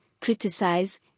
criticize